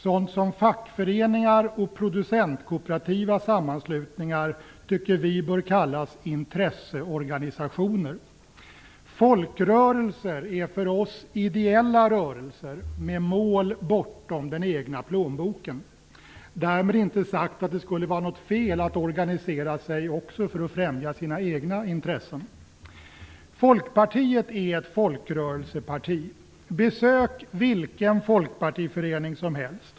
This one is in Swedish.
Sådant som fackföreningar och producentkooperativa sammanslutningar tycker vi bör kallas intresseorganisationer. Folkrörelser är för oss ideella rörelser med mål bortom den egna plånboken - därmed inte sagt att det skulle vara något fel att organisera sig också för att främja sina egna intressen. Folkpartiet är ett folkrörelseparti. Besök vilken folkpartiförening som helst!